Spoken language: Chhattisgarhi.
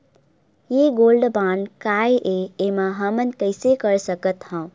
ये गोल्ड बांड काय ए एमा हमन कइसे कर सकत हव?